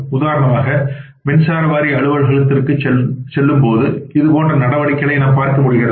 உதாரணமாக மின்சார வாரிய அலுவலகத்திற்குச் செல்லும்போது இதுபோன்ற நடவடிக்கைகளை நாம் பார்க்க முடிகிறது